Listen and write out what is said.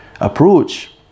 approach